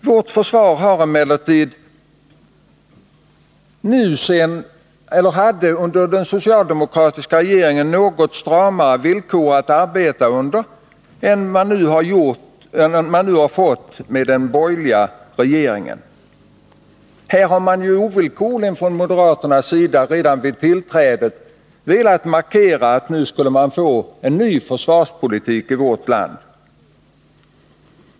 Vårt försvar hade emellertid under den socialdemokratiska regeringen något stramare villkor att arbeta under än vad man nu har fått under den borgerliga regeringen. Moderaterna har ju redan vid inträdet i regeringen ovillkorligt velat markera att vi nu skulle få en ny försvarspolitik i vårt land.